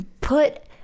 put